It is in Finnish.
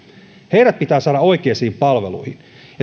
heidät pitää saada oikeisiin palveluihin